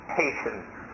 patience